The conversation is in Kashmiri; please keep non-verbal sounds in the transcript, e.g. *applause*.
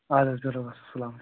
آد حظ *unintelligible* رۄبَس السلام علیکُم